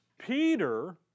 Peter